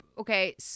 Okay